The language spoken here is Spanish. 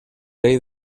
ley